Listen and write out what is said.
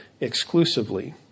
exclusively